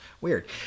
weird